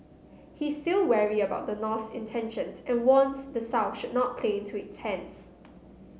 he is still wary about the North's intentions and warns the South should not play into its hands